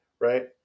right